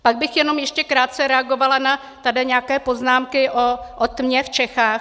Pak bych jenom ještě krátce reagovala na tady nějaké poznámky o tmě v Čechách.